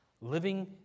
living